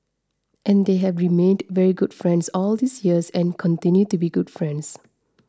and they have remained very good friends all these years and continue to be good friends